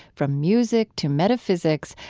from music to metaphysics,